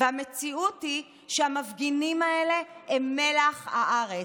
והמציאות היא שהמפגינים האלה הם מלח הארץ.